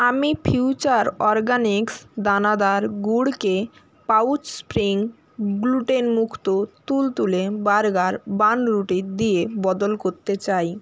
আমি future organics দানাদার গুড়কে পাউচ স্প্রিং গ্লুটেন মুক্ত তুলতুলে বার্গার বানরুটি দিয়ে বদল করতে চাই